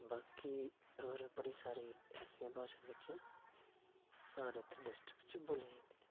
ते बाकी होर बड़ी सारी ऐसियां भाशां जेह्कियां साढ़ै इत्थै डिस्ट्रिक्ट च बोलियां जंदियां